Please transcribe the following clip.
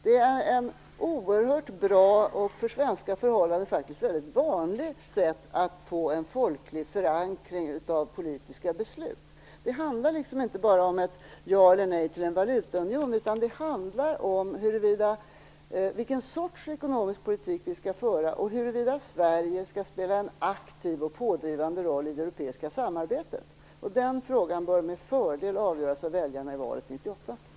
Det är ett oerhört bra och för svenska förhållanden vanligt sätt att få en folklig förankring av politiska beslut. Det handlar inte bara om ett ja eller ett nej till en valutaunion, utan det handlar om vilken sorts ekonomisk politik som skall föras och huruvida Sverige skall spela en aktiv och pådrivande roll i det europeiska samarbetet. Den frågan bör med fördel avgöras av väljarna i valet 1998.